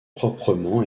proprement